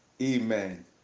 Amen